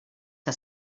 que